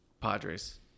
Padres